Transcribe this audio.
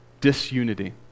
Disunity